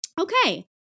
okay